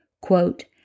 Quote